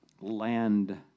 land